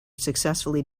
successfully